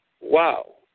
wow